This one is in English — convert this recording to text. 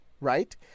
Right